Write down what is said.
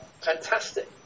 fantastic